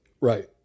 right